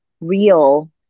real